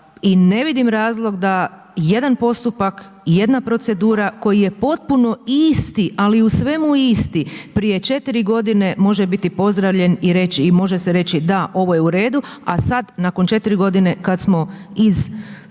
ne vidim razlog da jedan postupak, jedna procedura koji je potpuno isti ali u svemu isti, prije 4 g, može biti pozdravljen i može se reći, da, ovo je u redu a sad nakon 4 g. kad smo iz